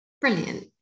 brilliant